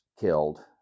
killed